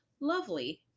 lovely